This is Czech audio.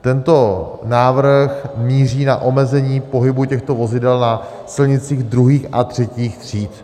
Tento návrh míří na omezení pohybu těchto vozidel na silnicích druhých a třetích tříd.